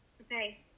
Okay